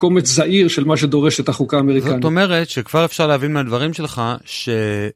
קומץ זעיר של מה שדורשת החוקה האמריקאי. זאת אומרת שכבר אפשר להבין מהדברים שלך ש...